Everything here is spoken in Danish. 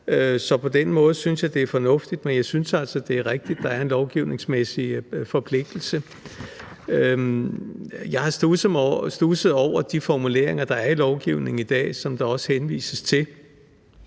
Så på den måde synes jeg det er fornuftigt, for jeg synes altså, det er rigtigt, at der skal være en lovgivningsmæssig forpligtelse. Jeg har studset over de formuleringer, der er i lovgivningen i dag, og som der også henvises til.